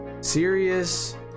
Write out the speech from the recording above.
serious